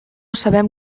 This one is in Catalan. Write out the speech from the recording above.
sabem